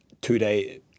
two-day